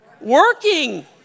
working